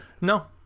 no